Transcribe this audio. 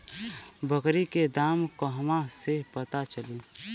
बकरी के दाम कहवा से पता चली?